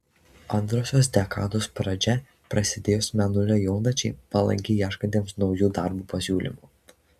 antrosios dekados pradžia prasidėjus mėnulio jaunačiai palanki ieškantiems naujų darbų pasiūlymų